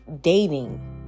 dating